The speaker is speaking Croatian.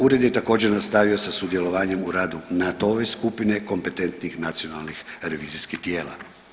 Ured je također nastavio sa sudjelovanjem u radu NATO-ove skupine kompetentnih nacionalnih revizijskih tijela.